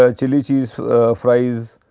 ah chili cheese fries,